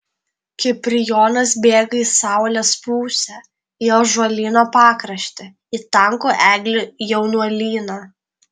kiprijonas bėga į saulės pusę į ąžuolyno pakraštį į tankų eglių jaunuolyną